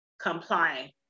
comply